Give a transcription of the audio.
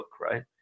right